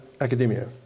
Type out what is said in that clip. academia